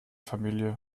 familie